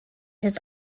his